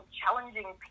challenging